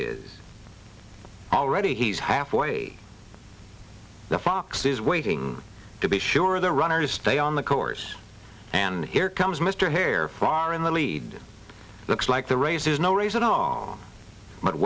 is already he's halfway the fox is waiting to be sure the runners stay on the course and here comes mr hare far in the lead looks like the race there's no raise at all but